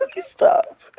Stop